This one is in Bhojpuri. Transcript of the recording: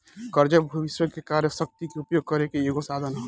कर्जा भविष्य के कार्य शक्ति के उपयोग करे के एगो साधन ह